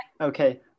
Okay